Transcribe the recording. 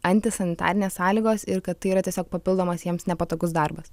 antisanitarinės sąlygos ir kad tai yra tiesiog papildomas jiems nepatogus darbas